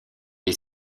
est